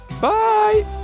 Bye